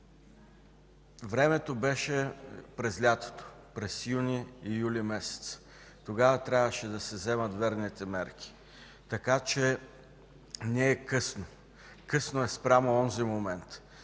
Времето беше през лятото – през юни, юли месец. Тогава трябваше да се вземат верните мерки. Така че не е късно. Късно е спрямо онзи момент,